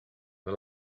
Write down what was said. the